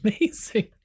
amazing